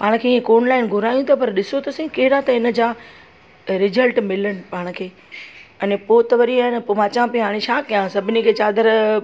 पाण खे हिकु ऑनलाइन घुरायूं ता पिया पर ॾिसो त सही कहिड़ा त हिनजा रिजल्ट मिलनि पाण खे अने पोइ त वरी आहे न पोइ मां चवां पई हाणे छा कयां सभिनी खे चादरु